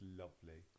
lovely